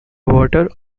water